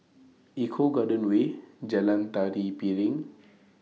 Eco Garden Way Jalan Tari Piring